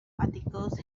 articles